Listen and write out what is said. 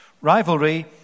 Rivalry